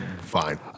Fine